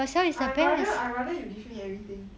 I'd rather I'd rather you give me everything